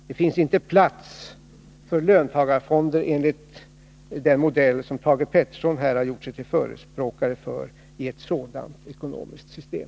Det finns inte plats för ”löntagarfonder” enligt den modell som Thage Peterson här har gjort sig till förespråkare för i ett sådant ekonomiskt system.